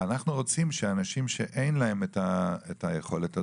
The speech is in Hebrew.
אנחנו רוצים שאנשים שאין להם היכולת הזאת,